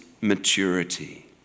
maturity